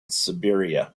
siberia